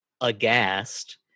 aghast